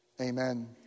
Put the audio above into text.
Amen